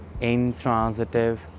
intransitive